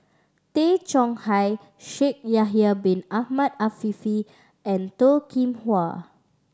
Tay Chong Hai Shaikh Yahya Bin Ahmed Afifi and Toh Kim Hwa